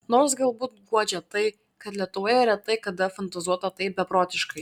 nors galbūt guodžia tai kad lietuvoje retai kada fantazuota taip beprotiškai